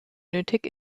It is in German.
nötig